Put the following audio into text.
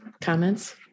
comments